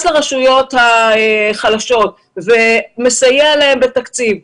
לרשויות החלשות ומסייע להן בתקציב,